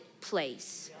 place